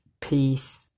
peace